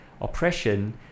oppression